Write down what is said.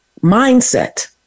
Mindset